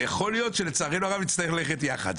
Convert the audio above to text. יכול להיות שלצערנו הרב נצטרך ללכת יחד.